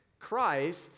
Christ